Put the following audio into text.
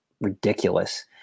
ridiculous